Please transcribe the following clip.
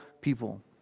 people